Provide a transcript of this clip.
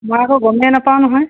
মই আকৌ গমেই নেপাওঁ নহয়